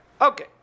Okay